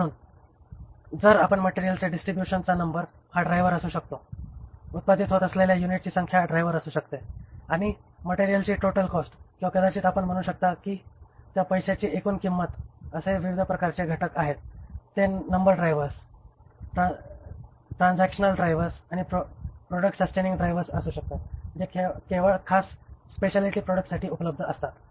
म्हणून जर आपण मटेरियलच्या डिस्ट्रिब्युशनचा नंबर हा ड्राइवर असू शकतो उत्पादित होत असलेल्या युनिटची संख्या ड्राइवर असू शकते आणि मटेरियलची टोटल कॉस्ट किंवा कदाचित आपण म्हणू शकता त्या पैशाची एकूण किंमत असे विविध प्रकारचे घटक आहेत ते नंबर ड्रायव्हर्स ट्रान्झॅक्शन ड्रायव्हर्स आणि प्रॉडक्ट सस्टेनिंग ड्रायव्हर्स असू शकतात जे केवळ खास स्पेशलिटी प्रॉडक्ट्ससाठी उपयुक्त असतात